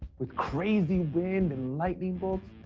with crazy wind and lightning bolts?